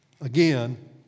Again